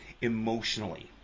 emotionally